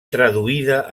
traduïda